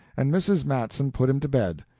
and mrs. matson put him to bed.